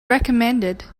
recommended